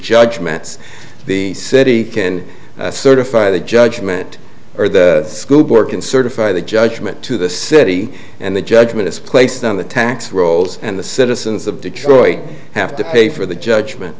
judgments the city can certify the judgement or the school board can certify the judgement to the city and the judgment is placed on the tax rolls and the citizens of detroit have to pay for the judgment